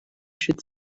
should